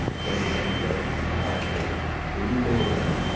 thank you, madam chair and good evening again.